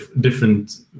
different